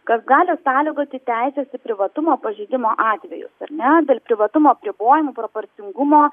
kas gali sąlygoti teises į privatumo pažeidimo atvejus ar net dėl privatumo apribojimų proporcingumo